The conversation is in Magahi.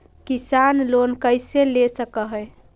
किसान लोन कैसे ले सक है?